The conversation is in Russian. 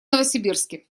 новосибирске